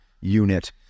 unit